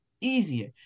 easier